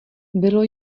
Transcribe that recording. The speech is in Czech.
bylo